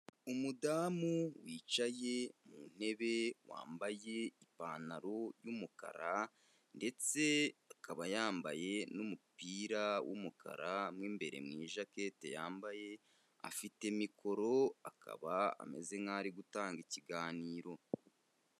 Umudamu wicaye mu ntebe, wambaye ipantaro y'umukara, ndetse akaba yambaye n'umupira w'umukara, mo imbere mu ijakete yambaye, afite mikoro, akaba ameze nk'aho ari gutanga ikiganiro.